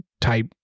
type